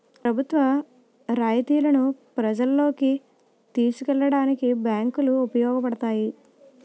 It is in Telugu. ప్రభుత్వ రాయితీలను ప్రజల్లోకి తీసుకెళ్లడానికి బ్యాంకులు ఉపయోగపడతాయి